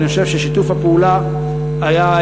ואני חושב ששיתוף הפעולה היה,